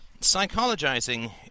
Psychologizing